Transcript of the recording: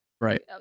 Right